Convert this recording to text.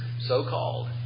so-called